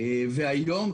והיום,